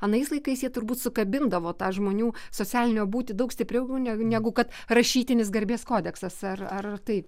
anais laikais jie turbūt sukabindavo tą žmonių socialinę būtį daug stipriau ne negu kad rašytinis garbės kodeksas ar ar taip